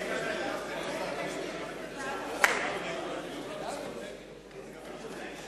להחיל דין רציפות על הצעת חוק שמירה על קווי צנרת נפט,